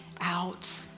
out